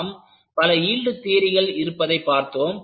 நாம் பல யீல்டு தியரிகள் இருப்பதைப் பார்த்தோம்